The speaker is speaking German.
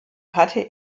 hatte